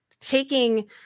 taking